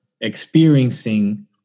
experiencing